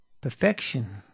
perfection